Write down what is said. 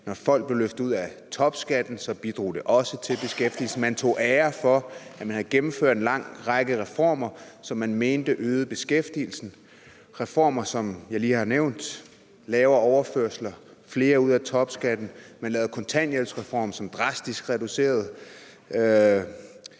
når folk blev løftet ud af topskatten, bidrog det også til beskæftigelsen. Man tog ære for, at man havde gennemført en lang række reformer, som man mente øgede beskæftigelsen. Reformer, som jeg lige har nævnt, lavere overførsler, flere ud af topskatten, man lavede en kontanthjælpsreform, som drastisk reducerede kontanthjælpen for